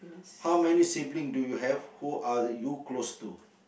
how many sibling do you have who are you close to